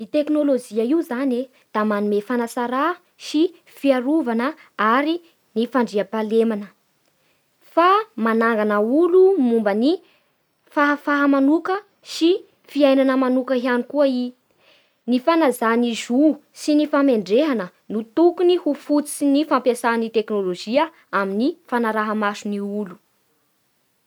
Ny teknôlôjia io zany da manome fanatsarà sy fiarovana ary ny fandriam-pahalemana, fa manangana olo momban'ny fahafaha manoka sy fiainana manoka ihany koa i. Ny fanajana ny zo sy ny famendrehana no tokony ho fototsy ny fampiasà ny teknôlôjia amin'ny fanaraha-maso ny olo.